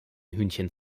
hühnchen